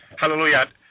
hallelujah